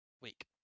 week